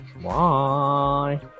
Bye